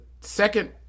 second